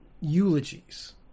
eulogies